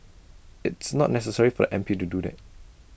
it's not necessary for the M P to do that